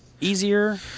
Easier